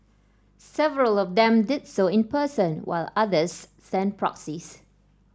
several of them did so in person while others sent proxies